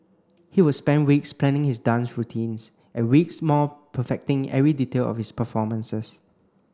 he would spend weeks planning his dance routines and weeks more perfecting every detail of his performances